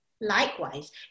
Likewise